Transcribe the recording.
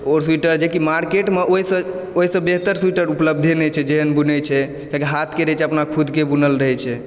अओर सुइटर जेकि मार्केटमे ओहिमे ओहिसँ बेहतर सुइटर उपलब्धे नहि छै जेहन बुनै छै किएकि हाथ के रहै छै खुद के बुनल रहै छै